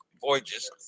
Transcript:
voyages